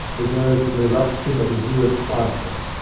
as though from an eruption of in herent plaster.